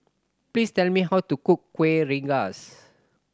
please tell me how to cook Kueh Rengas